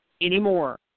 anymore